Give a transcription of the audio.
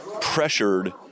pressured